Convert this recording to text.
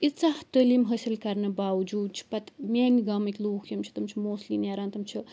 ایٖژاہ تعلیٖم حٲصل کرنہٕ باوجوٗد چھِ پَتہٕ میانہِ گامٕکۍ لوٗکھ یِم چھِ تِٕ چھِ موسلی نیران تِم چھِ